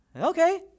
Okay